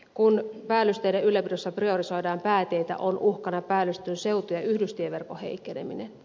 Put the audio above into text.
kun päällysteiden ylläpidossa priorisoidaan pääteitä on uhkana päällystetyn seutu ja yhdystieverkon heikkeneminen